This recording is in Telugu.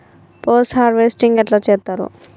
పోస్ట్ హార్వెస్టింగ్ ఎట్ల చేత్తరు?